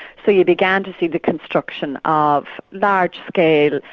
so you began to see the construction of large-scale,